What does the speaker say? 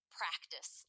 practice